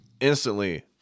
instantly